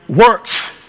works